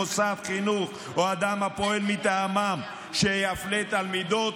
מוסד חינוך או אדם הפועל מטעמם שיפלה תלמידות